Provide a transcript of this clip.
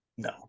No